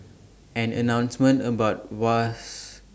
an announcement about was